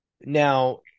now